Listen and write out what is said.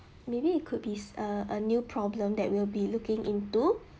maybe it could be a a new problem that we'll be looking into